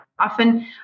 often